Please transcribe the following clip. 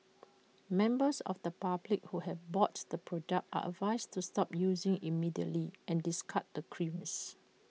members of the public who have bought the product are advised to stop using IT immediately and discard the creams